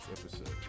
episode